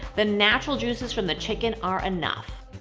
the natural juices from the chicken are enough.